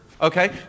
Okay